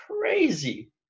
crazy